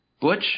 Butch